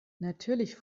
natürlich